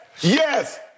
yes